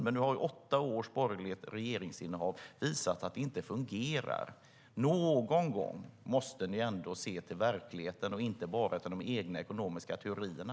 Men nu har åtta års borgerligt regeringsinnehav visat att det inte fungerar. Någon gång måste ni ändå se till verkligheten och inte bara till de egna ekonomiska teorierna.